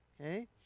Okay